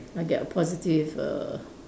I get a positive err